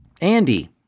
Andy